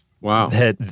wow